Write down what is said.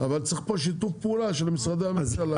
אבל צריך פה שיתוף פעולה של משרדי הממשלה.